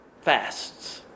fasts